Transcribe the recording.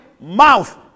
mouth